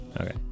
Okay